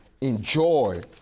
enjoy